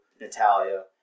Natalia